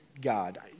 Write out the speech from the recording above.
God